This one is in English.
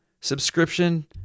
subscription